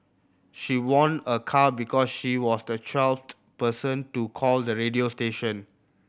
she won a car because she was the twelfth person to call the radio station